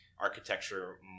architecture